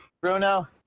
Bruno